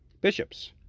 bishops